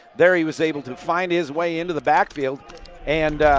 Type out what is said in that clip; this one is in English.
there he was able to find his way into the backfield and